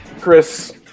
Chris